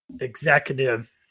executive